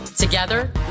Together